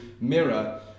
mirror